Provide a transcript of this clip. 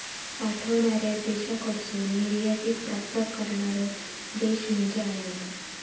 पाठवणार्या देशाकडसून निर्यातीत प्राप्त करणारो देश म्हणजे आयात